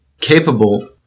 capable